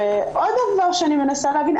עוד דבר שאני מנסה להבין,